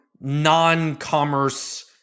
non-commerce